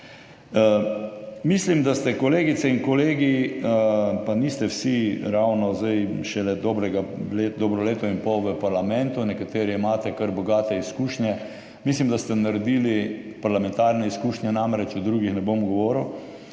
Mislim, da ste, kolegice in kolegi, pa niste vsi ravno zdaj šele dobrega dobro leto in pol v parlamentu, nekateri imate kar bogate izkušnje, mislim parlamentarne izkušnje, o drugih ne bom govoril,